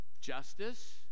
justice